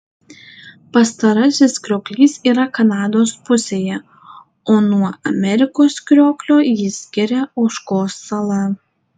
pastarasis krioklys yra kanados pusėje o nuo amerikos krioklio jį skiria ožkos sala